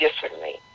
differently